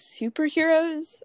superheroes